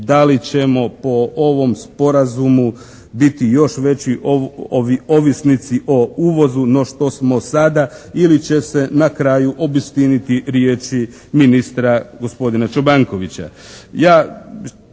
da li ćemo po ovom sporazumu biti još veći ovisnici o uvozu no što smo sada ili će se na kraju obistiniti riječi ministra gospodina Čobankovića.